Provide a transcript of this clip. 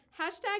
hashtag